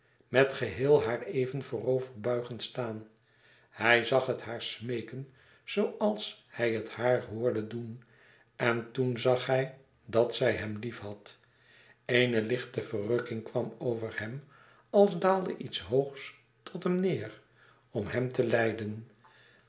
met geheel haar even voorover buigend staan hij zàg het haar smeeken zooals hij het haar horde doen en toen zag hij dat zij hem liefhad eene lichte verrukking kwam over hem als daalde iets hoogs tot hem neêr om hem te leiden